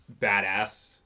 badass